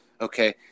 okay